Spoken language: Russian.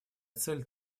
цель